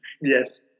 yes